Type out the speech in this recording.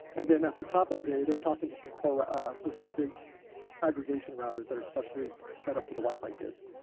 and then at the top of the day, they're talking to some core ah ah to some big aggregation routers that are specially set up for the wi-fi kids.